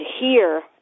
hear